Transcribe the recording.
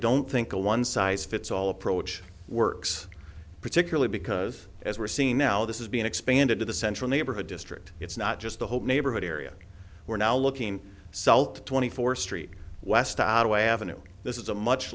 don't think a one size fits all approach works particularly because as we're seeing now this is being expanded to the central neighborhood district it's not just the whole neighborhood area we're now looking south twenty fourth street west avenue this is a much